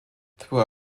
through